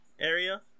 area